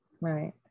right